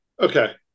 Okay